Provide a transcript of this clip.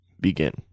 begin